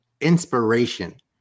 inspiration